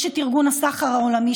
יש ארגון הסחר העולמי,